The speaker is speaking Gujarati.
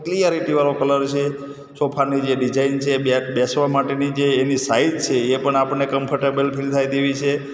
કલૅયરિટિવાળો કલર છે સોફાની જે ડીઝાઇન છે બેઠ બેસવા માટેની એની જે સાઇઝ છે એ પણ આપણને કમ્ફોર્ટેબલ ફીલ થાય તેવી છે